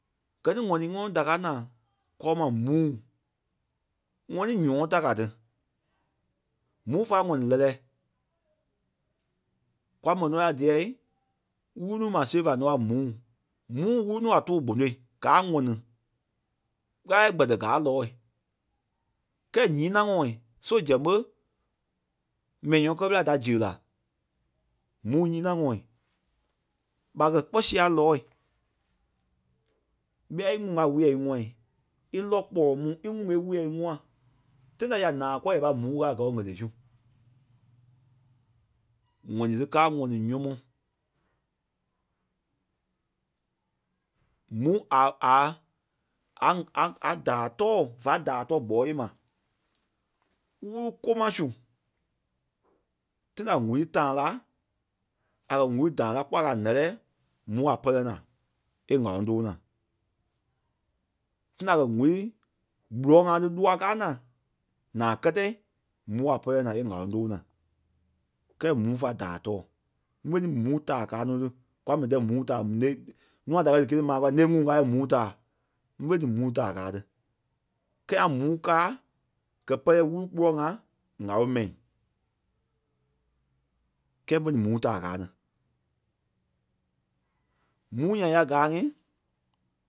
gɛ ni ŋɔni ŋɔnɔ da káa naa kɔɔ ma mûu ŋɔni ǹyɔ́ɔ ta ka ti. Mûu fa a ŋɔni lɛ́lɛɛ. Kwa mò nɔ la díyɛ wulu-nuu maa sêre-faa nɔ a mûu. Mûu wulu-nuu a tóo gbonôi gaa a ŋɔni. Ɣâla e gbɛtɛ gâa lɔɔ̂i. Kɛɛ nyînaŋɔɔ so zɛŋ ɓé mɛni ǹyɔ́ɔ kɛ ɓela da ziɣe la. Mûu nyînaŋɔɔ. ɓa kɛ́ kpɔ́ sia lɔɔ̂i ɓîa íŋuŋ a wûyɛ íŋua í lɔ́ kpɔlɔ mu íŋuŋ ɓé wûyɛ íŋua, tãi ta ya naa kɔri ya pâi mûu kaa gɔɔ ɣelê su. ŋ̀ɔnii ti káa a ŋɔni nyɔmɔɔ. Mûu a- aa- a- a- a- daa tɔɔ va daa tɔɔ kpɔɔi yée ma. Wúru kôma su. Tãi ta ŋ̀úrui tãɣa lá. A kɛ̀ ŋ̀úrui dãɣa lá kpɔ́ a kɛ̀ a lɛlɛ mûu a pɛlɛ naa e ŋ̀áloŋ tóo naa. Sɛŋ ta a kɛ̀ ŋ̀úrui gburɔŋ-ŋa ti loa káa naa, naa kɛtɛi mûu a pɛlɛ naa e ŋ̀áloŋ tóo naa. Kɛɛ mûu fá daa tɔɔ. Ḿve ní mûu taa kàa nɔ ti kwa mɛni díyɛ mûu taa ǹêi- nûa da kɛ̀ díkîa-ni maa kula ǹêi ŋuŋ káa yɛ mûu taa. Ḿve ní mûu taa kaa ti. Kɛɛ ŋa mûu káa gɛ́ pɛlɛ wúru gbua ŋa ŋ̀ɔ́loŋ mɛi. Kɛɛ fe ti mûu taa kaa ni. Mûu nyaŋ ya gaa ŋí,